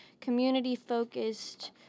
community-focused